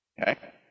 Okay